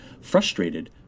frustrated